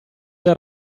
del